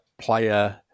player